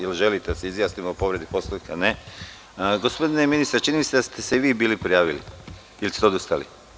Da li želite da se izjasnimo o povredi Poslovnika? (Ne.) Gospodine ministre, čini mi ste da ste se vi bili prijavili ili ste odustali?